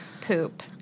poop